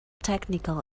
technical